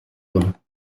don